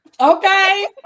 Okay